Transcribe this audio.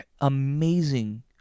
amazing